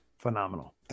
Phenomenal